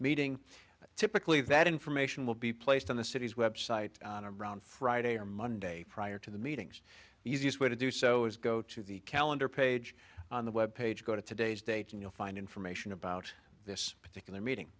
meeting typically that information will be placed on the city's website around friday or monday prior to the meetings easiest way to do so is go to the calendar page on the web page go to today's date and you'll find information about this particular meeting